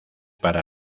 para